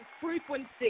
frequency